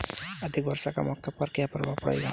अधिक वर्षा का मक्का पर क्या प्रभाव पड़ेगा?